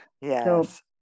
Yes